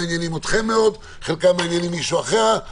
נושאים שמעניינים אתכם או מישהו אחר.